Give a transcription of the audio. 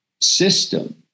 system